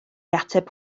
ateb